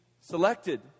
selected